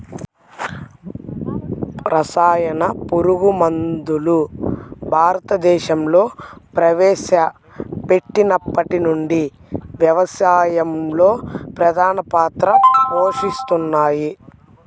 రసాయన పురుగుమందులు భారతదేశంలో ప్రవేశపెట్టినప్పటి నుండి వ్యవసాయంలో ప్రధాన పాత్ర పోషిస్తున్నాయి